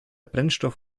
brennstoff